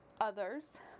others